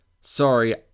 Sorry